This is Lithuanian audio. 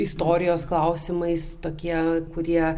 istorijos klausimais tokie kurie